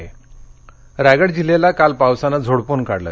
रायगड रायगड जिल्हयाला काल पावसानं झोडपून काढले